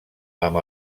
amb